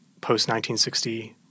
post-1960